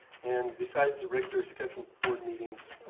and besides the regularly scheduled board meetings,